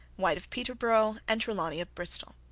white of peterborough, and trelawney of bristol.